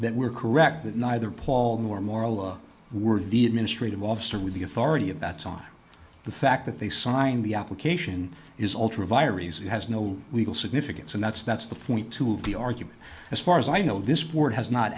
that we are correct that neither paul nor moral were the administrative officer with the authority and that's on the fact that they signed the application is ultra vires reason it has no legal significance and that's that's the point to the argument as far as i know this word has not